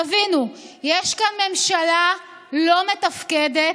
תבינו, יש כאן ממשלה לא מתפקדת,